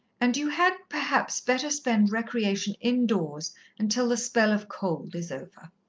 and you had, perhaps, better spend recreation indoors until the spell of cold is over.